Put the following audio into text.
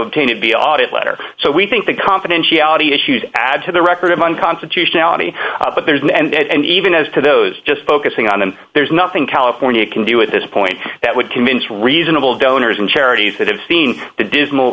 obtain it be audit letter so we think the confidentiality issues add to the record of unconstitutionality but there isn't and even as to those just focusing on them there's nothing california can do at this point that would convince reasonable donors and charities that have seen the dismal